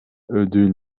ödül